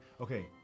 Okay